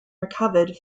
recovered